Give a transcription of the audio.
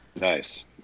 Nice